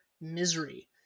misery